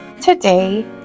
today